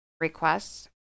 requests